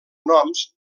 noms